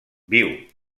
viu